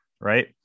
right